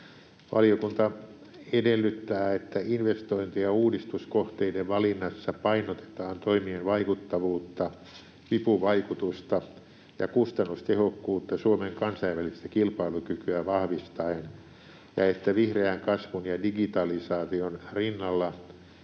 Valiokunta edellyttää, että investointi- ja uudistuskohteiden valinnassa painotetaan toimien vaikuttavuutta, vipuvaikutusta ja kustannustehokkuutta Suomen kansainvälistä kilpailukykyä vahvistaen ja että vihreän kasvun ja digitalisaation rinnalla